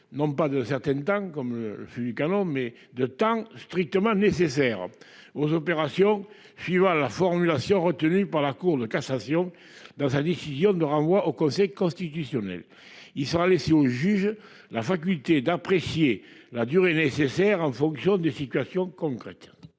non pas de certaines temps comme le le fût du canon met de temps strictement nécessaire aux opérations Fiva la formulation retenue par la Cour de cassation dans sa décision de renvoi au Conseil constitutionnel. Il sera si au juge la faculté d'apprécier la durée nécessaire en fonction des situations concrètes.